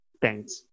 Thanks